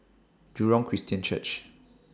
Jurong Christian Church